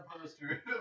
poster